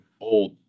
old